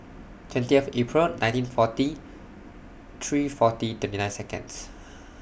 twentieth April nineteen forty three forty twenty nine Seconds